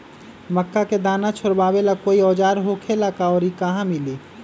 मक्का के दाना छोराबेला कोई औजार होखेला का और इ कहा मिली?